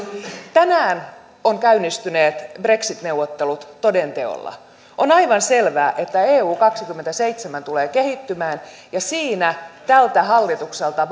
tänään ovat käynnistyneet brexit neuvottelut toden teolla on aivan selvää että eu kaksikymmentäseitsemän tulee kehittymään ja siinä tältä hallitukselta